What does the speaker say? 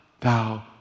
thou